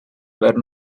were